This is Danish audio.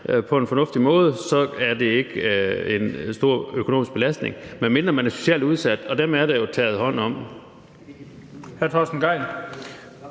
på en fornuftig måde, så er det ikke en stor økonomisk belastning, medmindre man er socialt udsat, og dem er der jo taget hånd om.